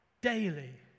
daily